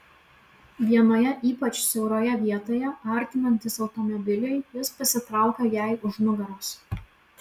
vienoje ypač siauroje vietoje artinantis automobiliui jis pasitraukė jai už nugaros